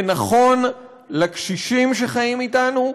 זה נכון לקשישים שחיים אתנו,